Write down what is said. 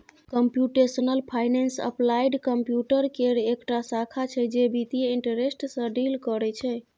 computational finance applied computer केर एकटा शाखा छै जे बित्तीय इंटरेस्ट सँ डील करय छै